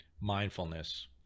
mindfulness